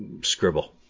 scribble